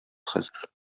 хәзер